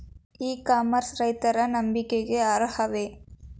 E commerce ರೈತರ ನಂಬಿಕೆಗೆ ಅರ್ಹವೇ?